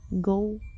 go